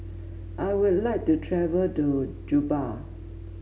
I would like to travel to Juba